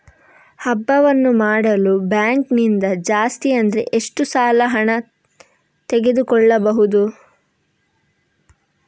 ಹಬ್ಬವನ್ನು ಮಾಡಲು ಬ್ಯಾಂಕ್ ನಿಂದ ಜಾಸ್ತಿ ಅಂದ್ರೆ ಎಷ್ಟು ಸಾಲ ಹಣ ತೆಗೆದುಕೊಳ್ಳಬಹುದು?